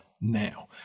now